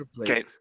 Okay